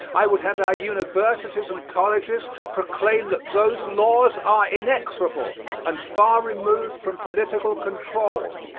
i would have our universities and colleges proclaim that those laws are inexorable and far removed from political control.